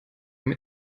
mir